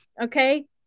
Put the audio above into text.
okay